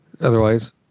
otherwise